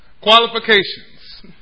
Qualifications